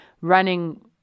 running